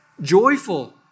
joyful